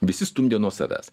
visi stumdė nuo savęs